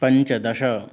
पञ्चदश